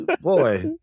Boy